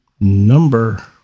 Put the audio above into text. number